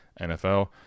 NFL